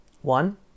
One